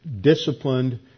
disciplined